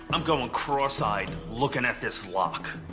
i'm going cross-eyed looking at this lock.